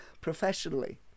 professionally